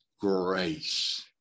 grace